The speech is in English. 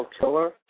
Killer